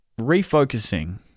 refocusing